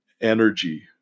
energy